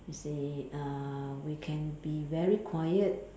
you see uh we can be very quiet